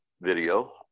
video